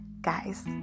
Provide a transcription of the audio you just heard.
guys